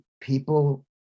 people